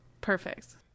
Perfect